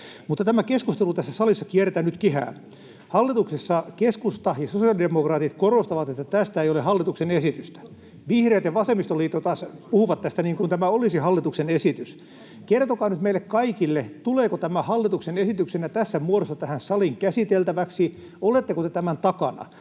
Mutta tämä keskustelu tässä salissa kiertää nyt kehää. Hallituksessa keskusta ja sosiaalidemokraatit korostavat, että tästä ei ole hallituksen esitystä. Vihreät ja vasemmistoliitto taas puhuvat tästä niin kuin tämä olisi hallituksen esitys. Kertokaa nyt meille kaikille, tuleeko tämä hallituksen esityksenä tässä muodossa tähän saliin käsiteltäväksi. Oletteko te tämän takana?